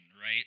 right